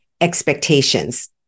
Expectations